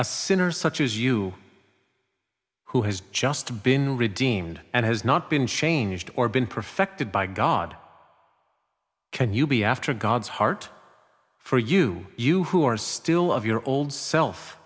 a sinner such as you who has just been redeemed and has not been changed or been perfected by god can you be after god's heart for you you who are still of your old self